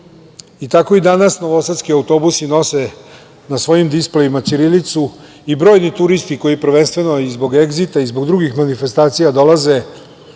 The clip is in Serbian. tako i danas novosadski autobusi nose na svojim displejima ćirilicu i brojni turisti koji prvenstveno i zbog „Egzita“ i zbog drugih manifestacija dolaze,